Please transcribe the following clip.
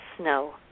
snow